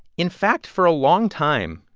in fact, for a long time,